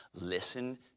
listen